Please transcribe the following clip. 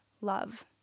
love